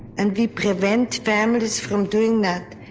and we prevent families from doing that,